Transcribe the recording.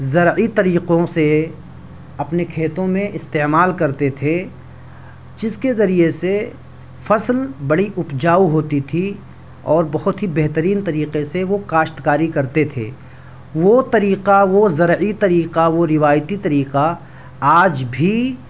زرعی طریقوں سے اپنے کھیتوں میں استعمال کرتے تھے جس کے ذریعے سے فصل بڑی اپجاؤ ہوتی تھی اور بہت ہی بہترین طریقے سے وہ کاشت کاری کرتے تھے وہ طریقہ وہ زرعی طریقہ وہ روایتی طریقہ آج بھی